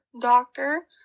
doctor